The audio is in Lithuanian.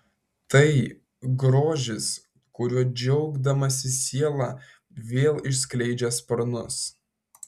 tai grožis kuriuo džiaugdamasi siela vėl išskleidžia sparnus